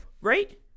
Right